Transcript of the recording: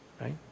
right